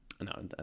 no